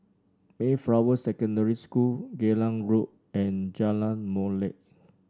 Mayflower Secondary School Geylang Road and Jalan Molek